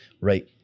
Right